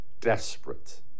desperate